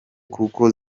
kuko